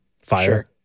fire